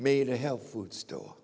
made a health food store